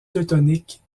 teutoniques